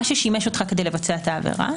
מה ששימש אותך כדי לבצע את העבירה,